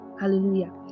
Hallelujah